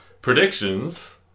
predictions